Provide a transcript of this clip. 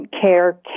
care